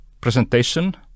presentation